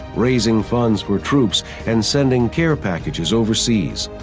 raising funds for troops and sending care packages overseas.